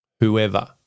whoever